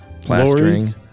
plastering